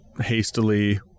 hastily